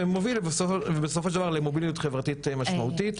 והוא מוביל בסופו של דבר למוביליות חברתית משמעותית.